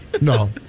No